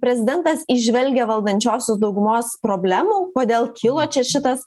prezidentas įžvelgia valdančiosios daugumos problemų kodėl kilo čia šitas